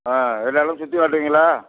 ஆ எல்லா இடமும் சுற்றி காட்டுவீங்களா